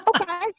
Okay